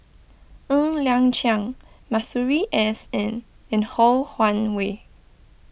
Ng Liang Chiang Masuri S N and Ho Wan Hui